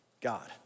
God